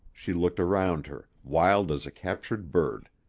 she looked around her, wild as a captured bird.